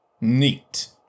Neat